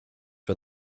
for